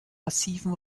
massiven